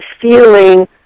feeling